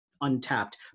untapped